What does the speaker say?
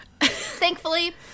Thankfully